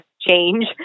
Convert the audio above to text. change